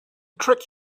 trick